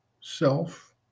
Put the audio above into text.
self